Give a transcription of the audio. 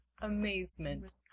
amazement